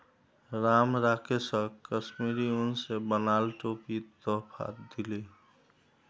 राम राकेशक कश्मीरी उन स बनाल टोपी तोहफात दीले